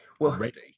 ready